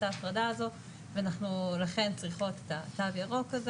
ההפרדה הזאת ואנחנו לכן צריכים את התו הירוק הזה